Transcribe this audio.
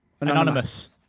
Anonymous